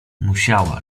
musiała